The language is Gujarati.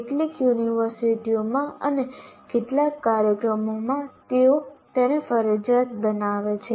કેટલીક યુનિવર્સિટીઓમાં અને કેટલાક કાર્યક્રમોમાં તેઓ તેને ફરજિયાત બનાવે છે